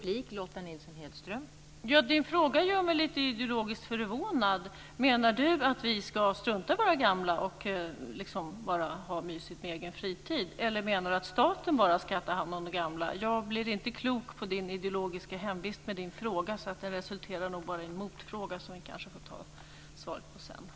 Fru talman! Kerstin Heinemanns fråga gör mig lite ideologiskt förvånad. Menar Kerstin Heinemann att vi ska strunta i våra gamla och bara ha det mysigt på egen fritid, eller menar Kerstin Heinemann att det bara är staten som ska ta hand om de gamla? Jag blir inte riktigt klok på Kerstin Heinemanns hemvist med tanke på hennes fråga. Den resulterar nog bara i en motfråga som kanske får besvaras senare.